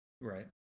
Right